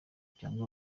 cyangwa